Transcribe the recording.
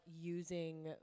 using